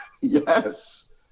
Yes